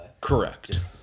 Correct